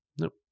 Nope